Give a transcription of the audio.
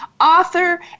author